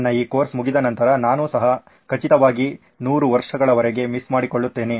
ನನ್ನ ಈ ಕೋರ್ಸ್ ಮುಗಿದ ನಂತರ ನಾನು ಸಹ ಖಚಿತವಾಗಿ 100 ವರ್ಷಗಳವರೆಗೆ ಮಿಸ್ ಮಾಡಿಕೊಳ್ಳುತ್ತೇವೆ